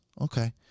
Okay